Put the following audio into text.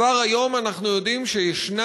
כבר היום אנחנו יודעים שיש,